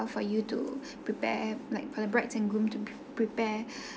for you to prepare like for the brides and grooms to pre~ prepare